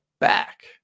back